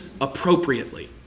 appropriately